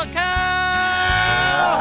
cow